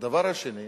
הדבר השני,